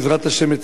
בעזרת השם,